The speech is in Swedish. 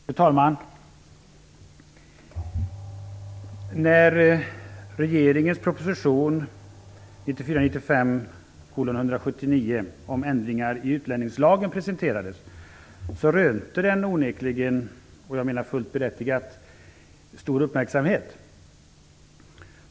Fru talman! När regeringens proposition 1994/95:179 om ändringar i utlänningslagen presenterades rönte den, fullt berättigat, stor uppmärksamhet.